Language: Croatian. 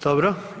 Dobro.